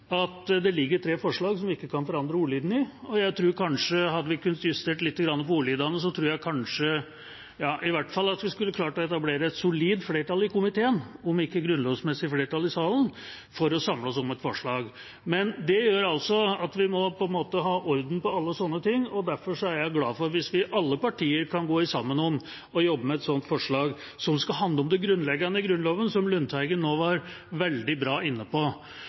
at det foreligger tre forslag som vi ikke kan forandre ordlyden i. Jeg tror kanskje at hadde vi kunnet justere lite grann på ordlyden, hadde vi i hvert fall klart å etablere et solid flertall i komiteen, om ikke grunnlovsmessig flertall i salen, for å samle oss om et forslag. Men da må vi ha orden på alle sånne ting. Derfor vil jeg være glad hvis vi i alle partier kan gå sammen om å jobbe med et sånt forslag, som skal handle om det grunnleggende i Grunnloven, som Lundteigen nå var – veldig bra – inne på.